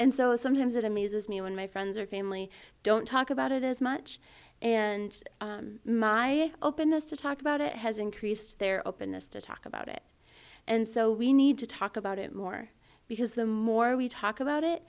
and so sometimes it amuses me when my friends or family don't talk about it as much and my openness to talk about it has increased their openness to talk about it and so we need to talk about it more because the more we talk about it